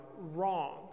wrong